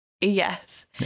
yes